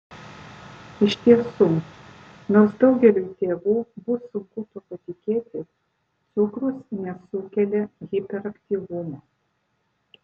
iš tiesų nors daugeliui tėvų bus sunku tuo patikėti cukrus nesukelia hiperaktyvumo